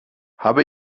habe